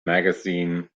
magazine